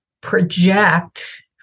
project